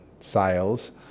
sales